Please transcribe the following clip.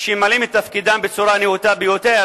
שממלאים את תפקידם בצורה נאותה ביותר,